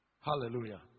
Hallelujah